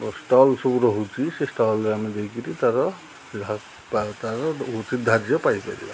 stall ସବୁ ରହୁଛି ସେ ଷ୍ଟଲ୍ରେ ଆମେ ଦେଇ କରି ତା'ର ତା'ର ଉଚିତ ଧାର୍ଯ୍ୟ ପାଇପାରିବା